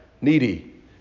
needy